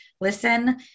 listen